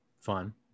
fun